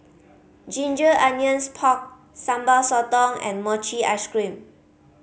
ginger onions pork Sambal Sotong and mochi ice cream